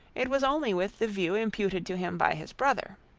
it was only with the view imputed to him by his brother.